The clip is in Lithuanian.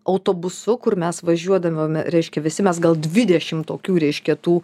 autobusu kur mes važiuodavome reiškia visi mes gal dvidešim tokių reiškia tų